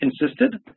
insisted